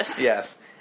Yes